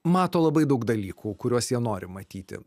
mato labai daug dalykų kuriuos jie nori matyti